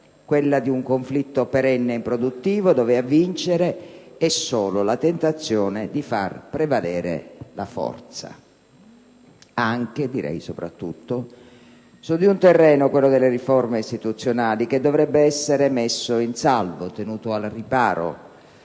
quella di un conflitto perenne ed improduttivo, dove a vincere è solo la tentazione di far prevalere la forza, anche - direi soprattutto - su un terreno, quello delle riforme istituzionali, che dovrebbe essere messo in salvo, tenuto al riparo